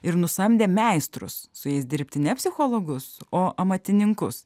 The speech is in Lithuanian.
ir nusamdė meistrus su jais dirbti ne psichologus o amatininkus